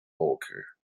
walker